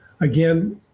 Again